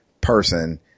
person